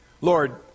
Lord